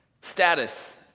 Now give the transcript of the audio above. status